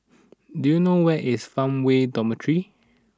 do you know where is Farmway Dormitory